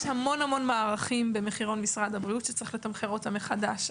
יש המון-המון מערכים במחירון משרד הבריאות שצריך לתמחר אותם מחדש.